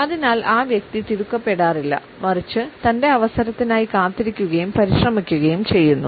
അതിനാൽ ആ വ്യക്തി തിടുക്കപ്പെടാറില്ല മറിച്ച് തൻറെ അവസരത്തിനായി കാത്തിരിക്കുകയും പരിശ്രമിക്കുകയും ചെയ്യുന്നു